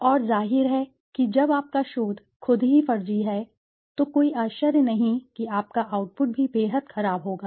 और जाहिर है कि जब आपका शोध खुद ही फर्जी है तो कोई आश्चर्य नहीं कि आपका आउटपुट भी बेहद खराब होगा